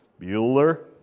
Bueller